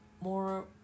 more